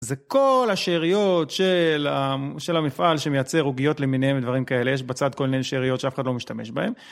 זה כל השאריות של המפעל שמייצר עוגיות למיניהם ודברים כאלה, יש בצד כל מיני שאריות שאף אחד לא משתמש בהן.